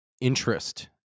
interest